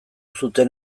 zuten